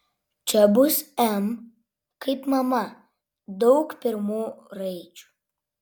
čia bus m kaip mama daug pirmų raidžių